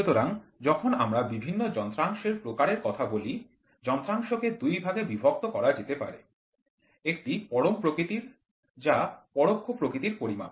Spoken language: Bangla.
সুতরাং যখন আমরা বিভিন্ন যন্ত্রাংশের প্রকারের কথা বলি যন্ত্রাংশ কে দুই ভাগে বিভক্ত করা যেতে পারে একটি পরম প্রকৃতির যা পরোক্ষ প্রকৃতির পরিমাপ